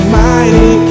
mighty